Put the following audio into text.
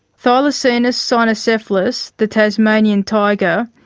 thylacinus cynocephalus, the tasmanian tiger,